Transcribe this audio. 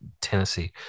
Tennessee